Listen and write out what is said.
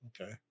Okay